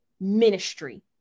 ministry